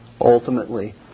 ultimately